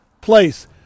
place